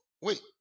wait